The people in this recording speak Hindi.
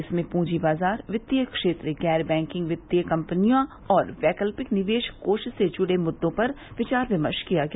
इसमें पूंजी बाजार कित्तीय क्षेत्र गैर बैंकिंग वित्तीय कंपनियों और वैकल्पिक निवेश कोष से जुड़े मुद्रों पर विचार विमर्श किया गया